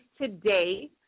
today